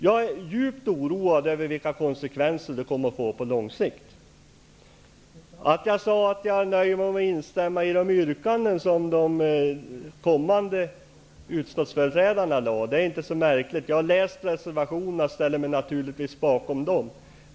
Jag är djupt oroad över vilka konsekvenser det kommer att få på lång sikt. Att jag nöjde mig med att instämma i de yrkanden som de socialdemokratiska företrädarna i utskottet kommer att göra i kommande anföranden är inte så konstigt. Jag har läst reservationerna, och jag ställer mig naturligtvis bakom dem.